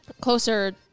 closer